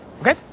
okay